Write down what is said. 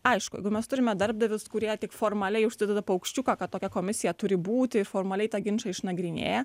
aišku jeigu mes turime darbdavius kurie tik formaliai užsideda paukščiuką kad tokia komisija turi būti ir formaliai tą ginčą išnagrinėja